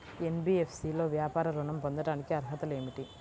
NBFC లో వ్యాపార ఋణం పొందటానికి అర్హతలు ఏమిటీ?